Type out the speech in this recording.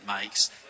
makes